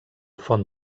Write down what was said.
font